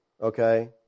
okay